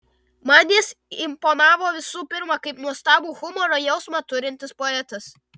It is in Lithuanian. man jis imponavo visų pirma kaip nuostabų humoro jausmą turintis poetas